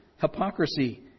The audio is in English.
hypocrisy